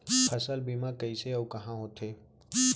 फसल बीमा कइसे अऊ कहाँ होथे?